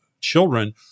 children